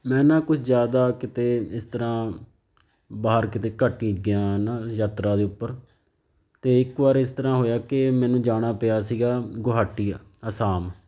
ਮੈਂ ਨਾ ਕੁਛ ਜ਼ਿਆਦਾ ਕਿਤੇ ਇਸ ਤਰ੍ਹਾਂ ਬਾਹਰ ਕਿਤੇ ਘੱਟ ਹੀ ਗਿਆ ਹੈ ਨਾ ਯਾਤਰਾ ਦੇ ਉੱਪਰ ਅਤੇ ਇੱਕ ਵਾਰ ਇਸ ਤਰ੍ਹਾਂ ਹੋਇਆ ਕਿ ਮੈਨੂੰ ਜਾਣਾ ਪਿਆ ਸੀਗਾ ਗੁਹਾਟੀ ਆਸਾਮ